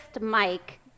Mike